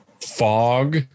Fog